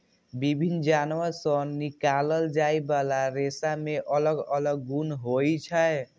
विभिन्न जानवर सं निकालल जाइ बला रेशा मे अलग अलग गुण होइ छै